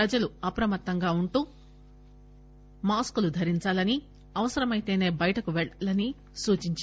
ప్రజలు అప్రమతంగా ఉంటూ మస్కలు ధరించాలని అవసరమైతేసే బయటకు పెల్లాలని చూచించారు